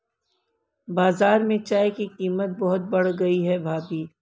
बाजार में चाय की कीमत बहुत बढ़ गई है भाभी